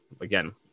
again